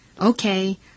Okay